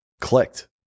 clicked